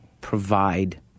provide